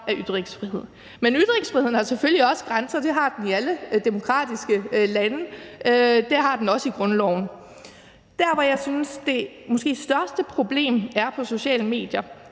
af ytringsfrihed. Men ytringsfriheden har selvfølgelig også grænser. Det har den i alle demokratiske lande. Det har den også i grundloven. Det, som jeg synes er det måske største problem er på sociale medier,